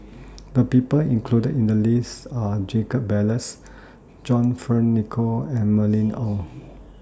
The People included in The list Are Jacob Ballas John Fearns Nicoll and Mylene Ong